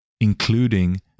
including